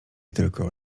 tylko